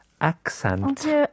Accent